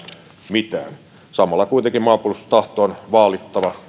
mitään samalla kuitenkin maanpuolustustahtoa on vaalittava